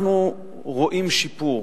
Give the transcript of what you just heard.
אנחנו רואים שיפור